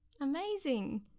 Amazing